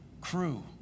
Crew